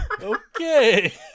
Okay